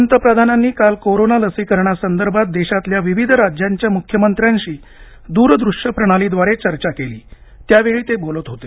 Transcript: पंतप्रधानांनी काल कोरोना लसीकरणासंदर्भात देशातल्या विविध राज्यांच्या मुख्यमंत्र्यांशी दूरदृष्यप्रणालीद्वारे चर्चा केली त्यावेळी ते बोलत होते